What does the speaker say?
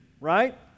right